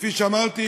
וכפי שאמרתי,